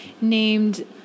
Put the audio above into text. named